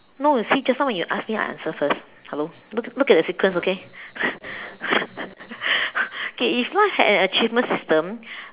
no you see just now when you ask me I answer first hello look at look at the sequence okay okay so if life had an achievement system